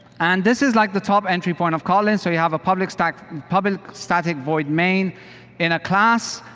and this is like the top entry point of kotlin, so you have a public static public static void main in a class.